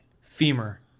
Femur